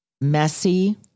messy